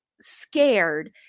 scared